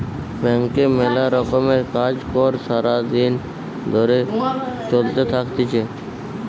ব্যাংকে মেলা রকমের কাজ কর্ সারা দিন ধরে চলতে থাকতিছে